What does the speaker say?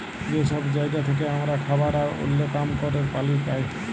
যে সব জায়গা থেক্যে হামরা খাবার আর ওল্য কাম ক্যরের পালি পাই